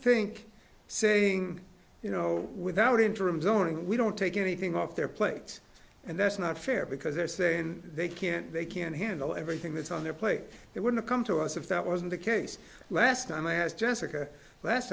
think saying you know without interim zoning we don't take anything off their plates and that's not fair because they're saying they can't they can't handle everything that's on their plate they wouldn't come to us if that wasn't the case last time i asked jessica last